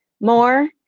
more